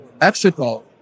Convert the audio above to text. Mexico